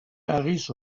harris